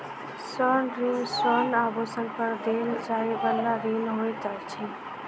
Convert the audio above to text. स्वर्ण ऋण स्वर्ण आभूषण पर देल जाइ बला ऋण होइत अछि